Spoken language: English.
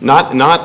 not not